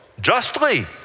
justly